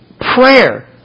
Prayer